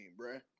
bruh